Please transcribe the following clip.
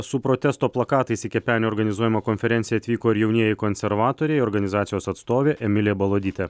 su protesto plakatais į kepenio organizuojamą konferenciją atvyko ir jaunieji konservatoriai organizacijos atstovė emilija balodytė